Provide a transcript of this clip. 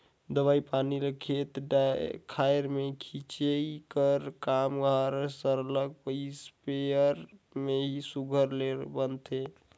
दवई पानी ल खेत खाएर में छींचई कर काम हर सरलग इस्पेयर में ही सुग्घर ले बनथे